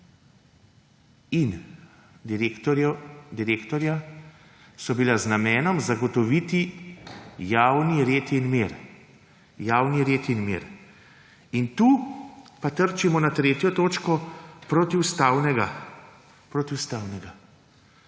in direktorja so bila z namenom zagotoviti javni red in mir. Tu pa trčimo na 3. točko protiustavnega.